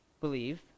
believe